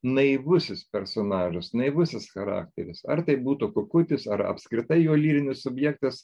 naivusis personažas naivusis charakteris ar tai būtų kukutis ar apskritai jo lyrinis subjektas